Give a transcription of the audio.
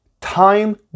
Time